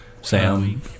Sam